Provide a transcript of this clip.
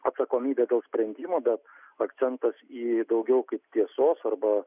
atsakomybė dėl sprendimo bet akcentus į daugiau kaip tiesos arba